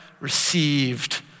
received